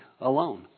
alone